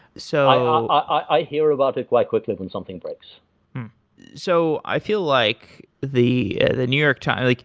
so i um i hear about it quite quickly when something breaks so i feel like the the new york times, like